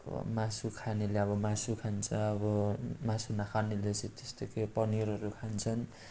मासु खानेले अब मासु खान्छ अब मासु नखानेले चाहिँ त्यस्तो के पनिरहरू खान्छन्